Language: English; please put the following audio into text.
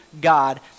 God